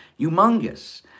humongous